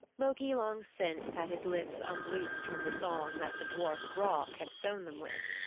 loki long since had his lips unloosed from the thong that the dwarf brock had sewn them with.